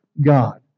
God